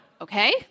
okay